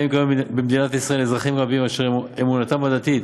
קיימים כיום במדינת ישראל אזרחים רבים אשר אמונתם הדתית